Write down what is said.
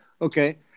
Okay